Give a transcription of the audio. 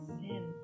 sin